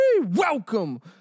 Welcome